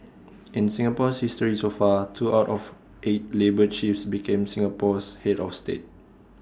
in Singapore's history so far two out of eight labour chiefs became Singapore's Head of state